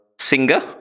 Singer